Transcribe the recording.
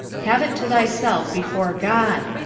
have it to thyself before god.